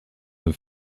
have